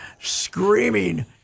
screaming